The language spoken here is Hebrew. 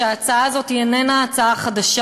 שההצעה הזאת איננה הצעה חדשה.